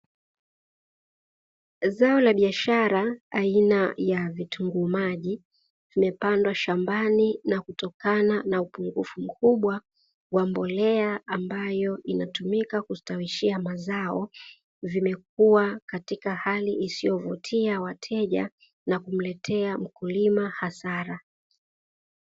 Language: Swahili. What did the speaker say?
Zao la biashara aina ya vitunguu maji vimepandwa shambani na kutokana na upungufu mkubwa wa mbolea, ambayo inatumika kustawishia mazao vimekua katika hali isiyovutia wateja, na kumletea mkulima hasara.